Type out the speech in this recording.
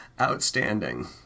Outstanding